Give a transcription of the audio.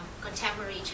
contemporary